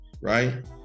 right